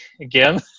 again